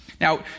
Now